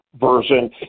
version